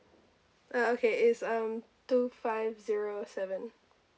uh okay it's um two five zero seven